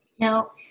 No